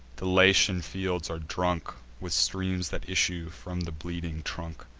the latian fields are drunk with streams that issue from the bleeding trunk.